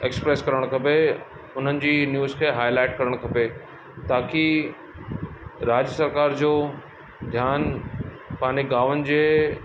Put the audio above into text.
express करणु खपे उन्हनि जी न्यूज़ खे हाइलाइट करणु खपे ताकी राज्य सरकारि जो ध्यानु पंहिंजि गांवनि जे